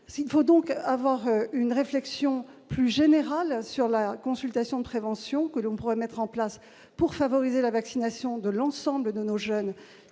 il faut donc avoir une réflexion plus générale sur la consultation de prévention que l'ombre, mettre en place pour favoriser la vaccination de l'ensemble de nos jeunes